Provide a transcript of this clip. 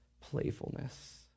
playfulness